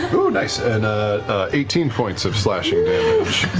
ooh nice, and eighteen points of slashing damage.